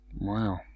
wow